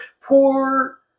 poor